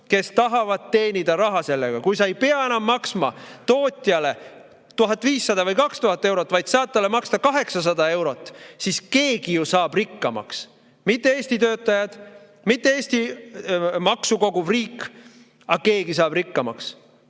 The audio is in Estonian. kes tahavad sellega raha teenida. Kui sa ei pea enam maksma tootjale 1500 või 2000 eurot, vaid saad talle maksta 800 eurot, siis keegi saab rikkamaks. Mitte Eesti töötajad, mitte Eesti maksu koguv riik, aga keegi saab rikkamaks,